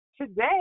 Today